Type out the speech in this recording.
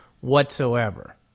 whatsoever